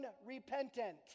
unrepentant